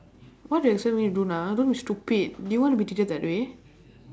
what do you expect me to do now don't be stupid do you want to be treated that way